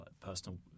personal